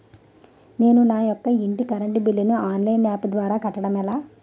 నేను నా యెక్క ఇంటి కరెంట్ బిల్ ను ఆన్లైన్ యాప్ ద్వారా కట్టడం ఎలా?